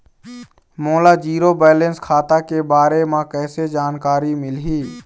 मोला zero balance खाता के बारे म कैसे जानकारी मिलही?